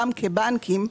גם כבנקים,